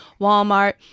Walmart